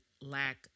lack